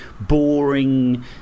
boring